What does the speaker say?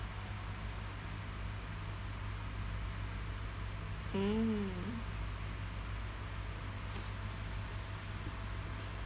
mm